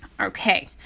Okay